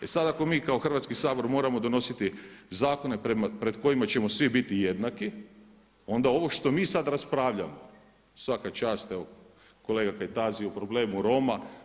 E sad, ako mi kao Hrvatski sabor moramo donositi zakone pred kojima ćemo svi biti jednaki, onda ovo što mi sad raspravljamo svaka čast evo kolega Kajtazi o problemu Roma.